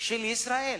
של ישראל.